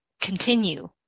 continue